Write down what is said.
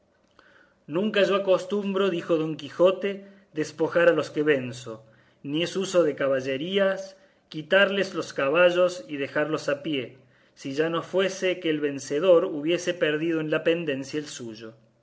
nunca yo acostumbro dijo don quijote despojar a los que venzo ni es uso de caballería quitarles los caballos y dejarlos a pie si ya no fuese que el vencedor hubiese perdido en la pendencia el suyo